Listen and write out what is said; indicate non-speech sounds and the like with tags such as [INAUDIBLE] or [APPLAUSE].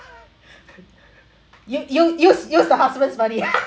you you use use the husband's money [LAUGHS]